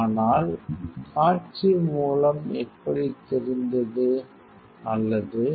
ஆனால் காட்சி மூலம் எப்படி தெரிந்தது அல்லது 2657